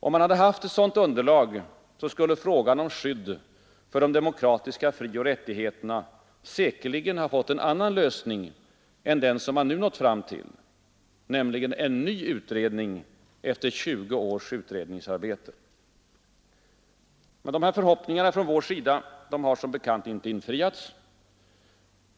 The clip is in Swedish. Om det funnits ett sådant underlag skulle frågan om skydd för de demokratiska frioch rättigheterna säkerligen ha fått en annan lösning än den som man nu nått fram till nämligen en ny utredning efter 20 års utredningsarbete Men de här förhoppningarna från vår sida har som bekant inte infriats.